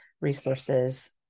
resources